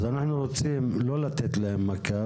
אז אנחנו לא רוצים לתת להם מכה,